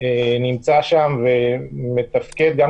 נמצא שם ומתפקד אומנם